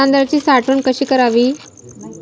तांदळाची साठवण कशी करावी?